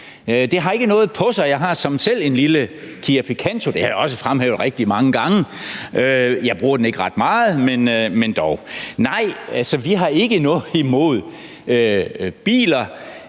Det har ikke noget på sig. Jeg har selv en lille Kia Picanto, og det har jeg også fremhævet rigtig mange gange. Jeg bruger den ikke ret meget, men dog. Nej, vi har ikke noget imod biler,